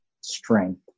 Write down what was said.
strength